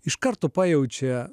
iš karto pajaučia